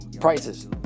prices